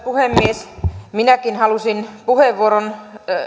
puhemies minäkin halusin puheenvuoron